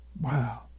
Wow